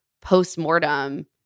post-mortem